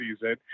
season